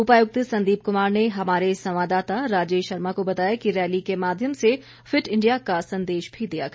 उपायुक्त संदीप कुमार ने हमारे संवाददाता राजेश शर्मा को बताया कि रैली के माध्यम से फिट इंडिया का संदेश भी दिया गया